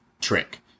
Trick